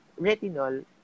retinol